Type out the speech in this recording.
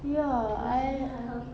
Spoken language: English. ya I